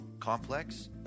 complex